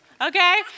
okay